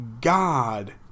God